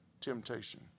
temptation